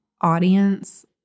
audience